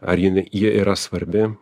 ar ji yra svarbi